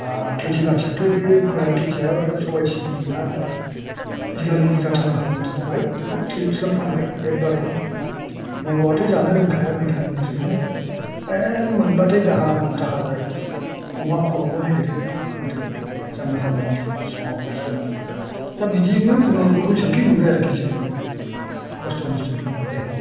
खेथि बाथियाथ' बे गोरान खेथि बाथिया सबाय सिबिंआ बिगानै बिगाथाम गाहाम फुबाय बेखौ स्लिम स्लाम फानबाय एखबारैनो बर'आथ जानो रोंखाया गोदायनिफ्रायनो ए मोनबाथाय जाहा मन थाहा जायोमोन अमा खर'ल नागिरोमोन गोदो जामबा जामबिनि दिन समाव दा बिदियैनो खुनुरुखुम सोरखिबोबाय आरखि जों खस्थ' मस्थ'यैनो